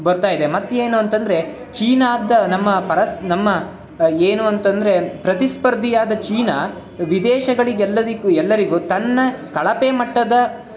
ಬರ್ತಾ ಇದೆ ಮತ್ತೆ ಏನು ಅಂತಂದರೆ ಚೀನಾದ್ದ ನಮ್ಮ ಪರಸ್ ನಮ್ಮ ಏನು ಅಂತಂದರೆ ಪ್ರತಿಸ್ಪರ್ಧಿಯಾದ ಚೀನ ವಿದೇಶಗಳಿಗೆಲ್ಲದಕ್ಕೂ ಎಲ್ಲರಿಗೂ ತನ್ನ ಕಳಪೆ ಮಟ್ಟದ